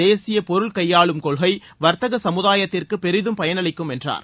தேசிய பொருள் கையாளும் கொள்கை வர்த்தக சமுதாயத்திற்கு பெரிதும் பயனளிக்கும் என்றார்